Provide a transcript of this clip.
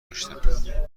داشتم